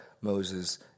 Moses